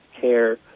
care